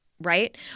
right